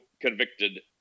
convicted